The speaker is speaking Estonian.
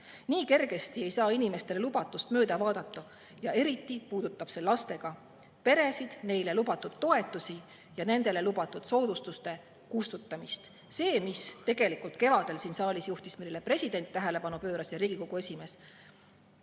Nii kergesti ei saa inimestele lubatust mööda vaadata ja eriti puudutab see lastega peresid, neile lubatud toetusi ja nendele lubatud soodustuste kustutamist. See, mis kevadel siin saalis juhtus, millele president ja Riigikogu esimees